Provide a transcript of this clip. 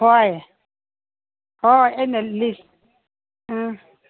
ꯍꯣꯏ ꯍꯣꯏ ꯑꯩꯅ ꯂꯤꯁ ꯎꯝ